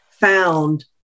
found